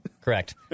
Correct